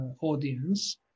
audience